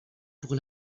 pour